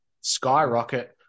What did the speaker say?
skyrocket